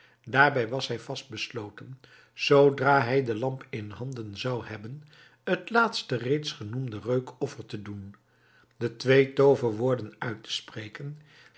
daarbij was hij vast besloten zoodra hij de lamp in handen zou hebben het laatste reeds genoemde reukoffer te doen de twee tooverwoorden uit te spreken